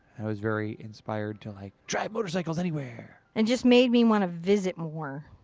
i was very inspired to, like, drive motorcycles anywhere and just made me want to visit more.